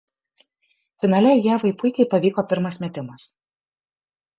finale ievai puikiai pavyko pirmas metimas